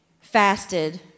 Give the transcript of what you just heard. fasted